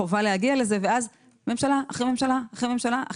חובה להגיע לזה ואז ממשלה אחר ממשלה נפלה.